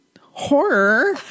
horror